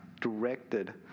directed